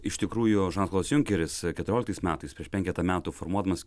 iš tikrųjų žanas klodas junkeris keturioliktais metais prieš penketą metų formuodamas